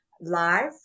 live